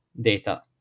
data